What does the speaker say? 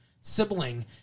sibling